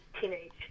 teenage